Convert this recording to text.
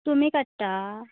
तुमी काडटा